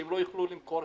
שלא יוכלו למכור,